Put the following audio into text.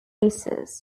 lasers